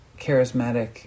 charismatic